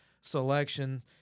selection